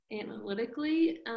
analytically